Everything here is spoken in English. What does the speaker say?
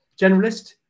Generalist